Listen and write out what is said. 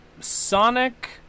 Sonic